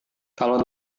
kalau